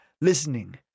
listening